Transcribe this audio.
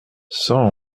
cent